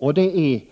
Och det är, 2 februari 1989